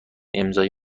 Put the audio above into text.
امضای